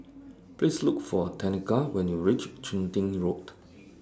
Please Look For Tenika when YOU REACH Chun Tin Road